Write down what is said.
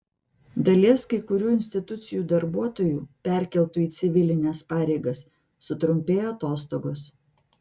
dalies kai kurių institucijų darbuotojų perkeltų į civilines pareigas sutrumpėjo atostogos